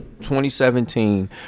2017